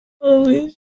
holy